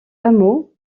hameau